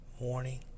Morning